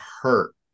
hurt